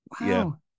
Wow